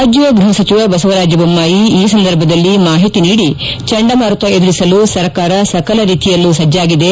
ರಾಜ್ಯ ಗೃಹ ಸಚಿವ ಬಸವರಾಜ ಬೊಮ್ಮಾಯಿ ಈ ಸಂದರ್ಭದಲ್ಲಿ ಮಾಹಿತಿ ನೀಡಿ ಚಂಡ ಮಾರುತ ಎದುರಿಸಲು ಸರ್ಕಾರ ಸಕಲ ರೀತಿಯಲ್ಲೂ ಸಜ್ಜಾಗಿದೆ